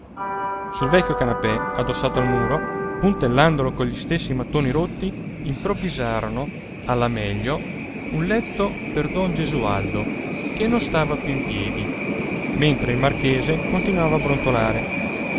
sul vecchio canapè addossato al muro puntellandolo cogli stessi mattoni rotti improvvisarono alla meglio un letto per don gesualdo che non stava più in piedi mentre il marchese continuava a brontolare